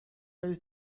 ready